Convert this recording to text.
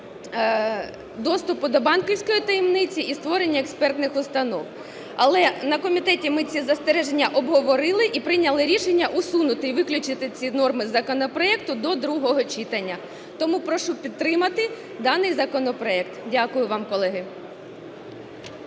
доступу до банківської таємниці і створення експертних установ. Але на комітеті ми ці застереження обговорили і прийняли рішення усунути і виключити ці норми із законопроекту до другого читання. Тому прошу підтримати даний законопроект. Дякую вам, колеги.